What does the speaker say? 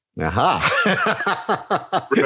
Aha